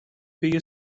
πήγε